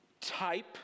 type